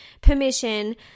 permission